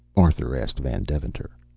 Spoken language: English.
arthur asked van deventer.